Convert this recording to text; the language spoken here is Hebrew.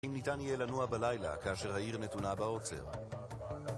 אם ניתן יהיה לנוע בלילה כאשר העיר נתונה בעוצר